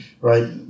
Right